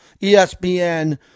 ESPN